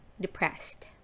depressed